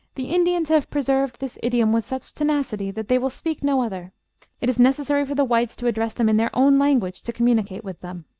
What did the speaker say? the indians have preserved this idiom with such tenacity that they will speak no other it is necessary for the whites to address them in their own language to communicate with them.